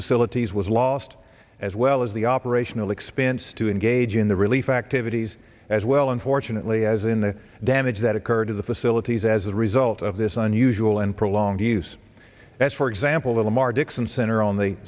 facilities was lost as well as the operational expense to engage in the relief activities as well unfortunately as in the damage that occurred to the facilities as a result of this unusual and prolonged use that for example